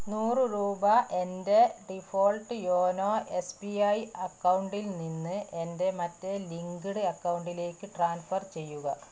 നൂറ് റൂപ എൻ്റെ ഡിഫോൾട്ട് യോനോ എസ് ബി ഐ അക്കൗണ്ടിൽ നിന്ന് എൻ്റെ മറ്റേ ലിങ്ക്ഡ് അക്കൗണ്ടിലേക്ക് ട്രാൻസ്ഫർ ചെയ്യുക